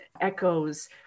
echoes